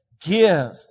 Give